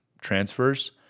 transfers